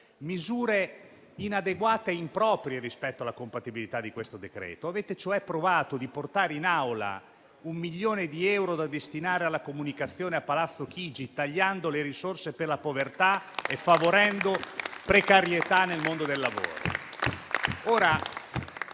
misure inadeguate e improprie rispetto alla compatibilità di questo decreto. Avete cioè provato a portare in Aula un milione di euro da destinare alla comunicazione a Palazzo Chigi, tagliando le risorse per la povertà e favorendo precarietà nel mondo del lavoro.